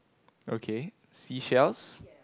okay seashells